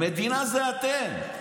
המדינה זה אתם,